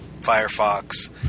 Firefox